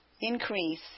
increase